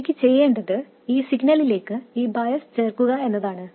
എനിക്ക് ചെയ്യേണ്ടത് ഈ സിഗ്നലിലേക്ക് ഈ ബയസ് ചേർക്കുക എന്നതാണ്